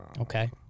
Okay